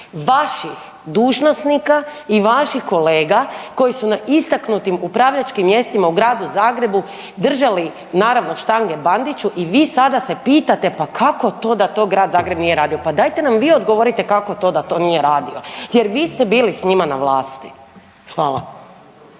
vaših dužnosnika i vaših kolega koji su na istaknutim upravljačkim mjestima u Gradu Zagrebu držali naravno štange Bandiću i vi sada se pitate pa kako to da Grad Zagreb nije radio, pa dajte nam vi odgovorite kako to da to nije radio jer vi ste bili s njima na vlasti. Hvala.